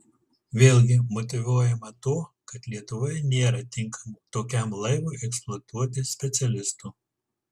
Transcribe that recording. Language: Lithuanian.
vėlgi motyvuojama tuo kad lietuvoje nėra tinkamų tokiam laivui eksploatuoti specialistų